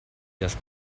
das